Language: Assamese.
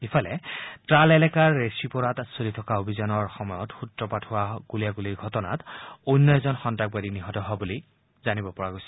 ইফালে ট্টাল এলেকাৰ ৰেশ্বিপৰাত চলি থকা অভিযানৰ সময়ত সূত্ৰপাত হোৱা গুলীয়াগুলীৰ ঘটনাত অন্য এজন সন্ত্ৰসবাদী নিহত হোৱা বুলি জানিব পৰা গৈছে